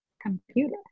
computer